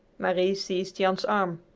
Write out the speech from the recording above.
marie seized jan's arm.